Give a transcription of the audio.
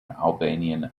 albanian